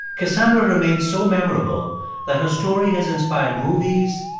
cassandra remains so memorable that her story has inspired movies,